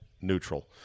neutral